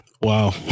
Wow